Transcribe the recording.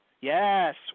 Yes